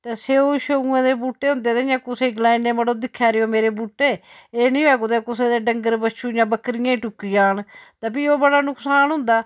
ते स्येऊ शेऊएं दे बूह्टे होंदे ते इयां कुसै ई गलाई ने मड़ो दिक्खा रेओ मेरे बूह्टे एह् नी होऐ कुतै कुसै दे डंगर बच्छू जां बक्करियां ही टुक्की जान ते फ्ही ओह् बड़ा नुकसान होंदा